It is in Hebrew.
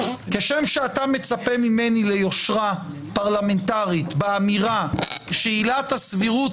כשם שאתה מצפה ממני ליושרה פרלמנטרית באמירה שעילת הסבירות